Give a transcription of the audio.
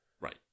Right